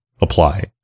apply